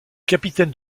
capitaines